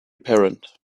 apparent